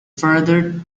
further